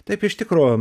taip iš tikro